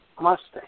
Mustang